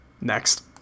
Next